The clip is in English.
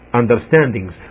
understandings